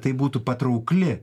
tai būtų patraukli